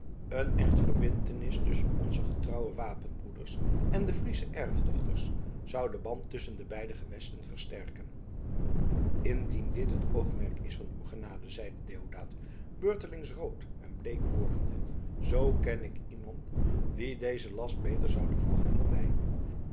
een echtverbintenis tusschen onze getrouwe wapenbroeders en de friesche erfdochters zou den band tusschen de beide gewesten versterken indien dit het oogmerk is van uw genade zeide deodaat beurtelings rood en bleek wordende zoo ken ik iemand wien deze last beter zoude voegen dan mij